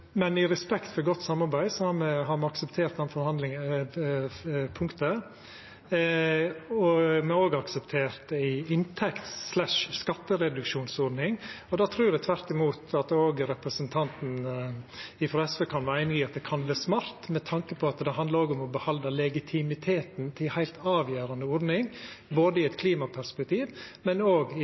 Men i respekt for godt samarbeid har me akseptert det punktet, og me har òg akseptert ei inntekts-/skattereduksjonsordning. Det trur eg at òg representanten frå SV kan vera einig i kan vera smart med tanke på at det òg handlar om å behalda legitimiteten til ei ordning som er heilt avgjerande både i eit klimaperspektiv og